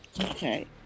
okay